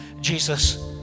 Jesus